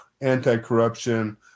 anti-corruption